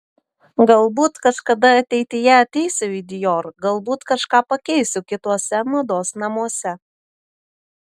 galbūt kažkada ateityje ateisiu į dior galbūt kažką pakeisiu kituose mados namuose